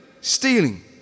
stealing